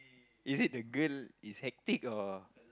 is it the girl is hectic or